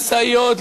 משאיות,